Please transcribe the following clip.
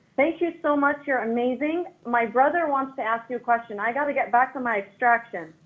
thank you so much, you're amazing. my brother wants to ask you a question. i've got to get back to my extraction.